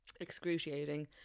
excruciating